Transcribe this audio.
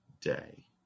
day